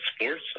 Sports